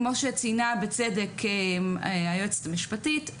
כמו שציינה בצדק היועצת המשפטית,